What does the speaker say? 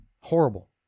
Horrible